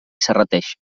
serrateix